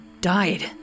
died